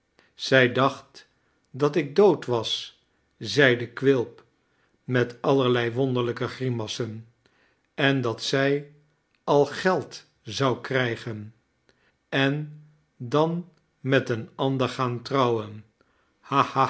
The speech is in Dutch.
zij dacht dat ik dood was zeide quilp met allerlei wonderlijke grimassen en dat zij al geld zou krijgen en dan met een ander gaan trouwen